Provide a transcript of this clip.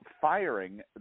firing